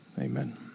amen